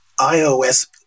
ios